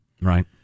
Right